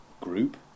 group